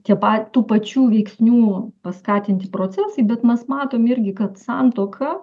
tie pat tų pačių veiksnių paskatinti procesai bet mes matom irgi kad santuoka